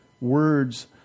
words